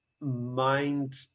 mind